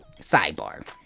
sidebar